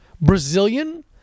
Brazilian